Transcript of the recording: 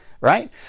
right